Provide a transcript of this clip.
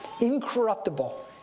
Incorruptible